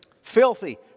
Filthy